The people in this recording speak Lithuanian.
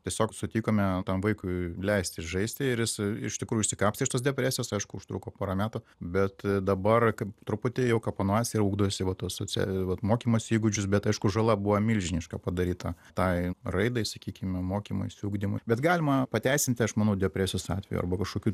tiesiog sutikome tam vaikui leisti žaisti ir jis iš tikrųjų išsikapstė iš tos depresijos aišku užtruko pora metų bet dabar kai truputį jau kapanojasi ir ugdosi va tuos socialial vat mokymosi įgūdžius bet aišku žala buvo milžiniška padaryta tai raidai sakykim mokymuisi ugdymui bet galima pateisinti aš manau depresijos atveju arba kažkokių